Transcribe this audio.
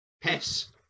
piss